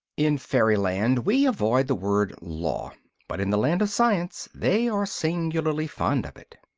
in fairyland we avoid the word law but in the land of science they are singularly fond of it.